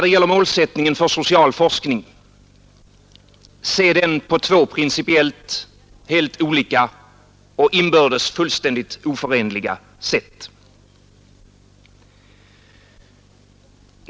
Man kan se målsättningen för social forskning på två principiellt helt olika och inbördes fullständigt oförenliga sätt.